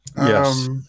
Yes